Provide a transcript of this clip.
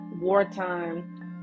wartime